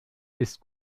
ist